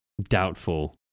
doubtful